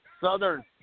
Southern